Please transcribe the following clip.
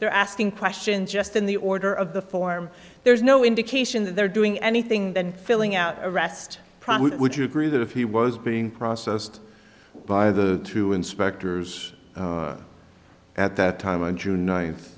they're asking questions just in the order of the form there's no indication that they're doing anything than filling out arrest probably would you agree that if he was being processed by the two inspectors at that time on june ninth